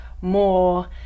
more